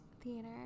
Theater